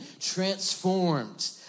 transformed